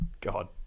God